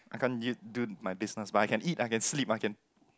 I can't eat do my business but I can eat I can sleep I can